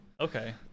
Okay